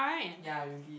ya you did